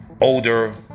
Older